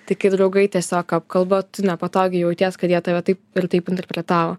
tai kai draugai tiesiog apkalba tu nepatogiai jauties kad jie tave taip ir taip interpretavo